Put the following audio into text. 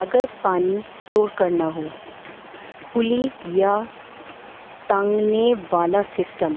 اگر پانی اسٹور کرنا ہو پلی یا ٹانگنے والا سسٹم